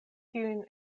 tiujn